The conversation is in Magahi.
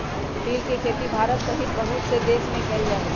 तिल के खेती भारत सहित बहुत से देश में कइल जाहई